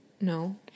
No